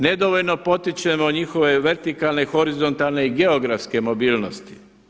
Nedovoljno potičemo njihove vertikalne i horizontalne i geografske mobilnosti.